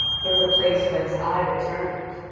from the place whence i returned.